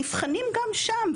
נבחנים גם שם,